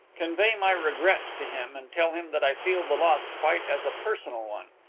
convey my regrets to him and tell him that i feel the loss quite as a personal one.